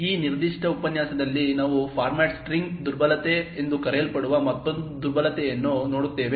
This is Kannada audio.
ಈ ನಿರ್ದಿಷ್ಟ ಉಪನ್ಯಾಸದಲ್ಲಿ ನಾವು ಫಾರ್ಮ್ಯಾಟ್ ಸ್ಟ್ರಿಂಗ್ ದುರ್ಬಲತೆ ಎಂದು ಕರೆಯಲ್ಪಡುವ ಮತ್ತೊಂದು ದುರ್ಬಲತೆಯನ್ನು ನೋಡುತ್ತೇವೆ